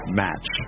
match